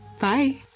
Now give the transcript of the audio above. Bye